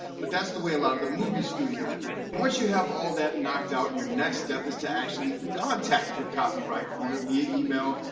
but that's the way a lot of the movie studios do it. and once you have all that knocked out, your next step is to actually contact your copyright owner via email,